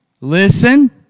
Listen